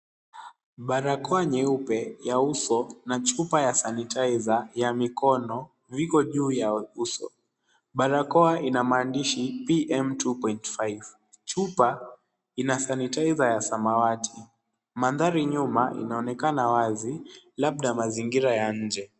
Barakoa nyeupe ya uso na chupa ya sanitizer ya mikono viko juu ya uso. Barakoa ina maandishi,M two point five. Chupa ina sanitizer ya samawati. Mandhari nyuma inaonekana wazi labda mazingira ya nje.